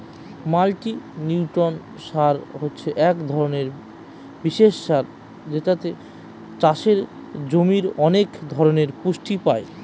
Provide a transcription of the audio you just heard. multinutrient সার হছে এক ধরনের বিশেষ সার যেটাতে চাষের জমির অনেক ধরনের পুষ্টি পাই